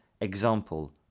example